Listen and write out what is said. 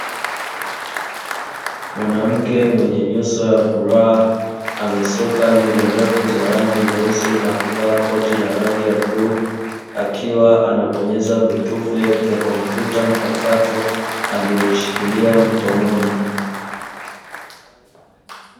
Mwanamke mwenye nyuso ya furaha amesuka nywele refu za rangi nyeusi na kuvaa koti la rangi ya bluu, akiwa anabonyeza vitufe vya kompyuta mpakato aliyoishikilia mkononi.